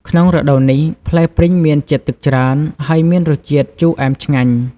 ក្នុងរដូវនេះ ផ្លែព្រីងមានជាតិទឹកច្រើន ហើយមានរសជាតិជូរអែមឆ្ងាញ់។